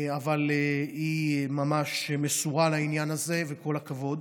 אבל היא ממש מסורה לעניין הזה, וכל הכבוד.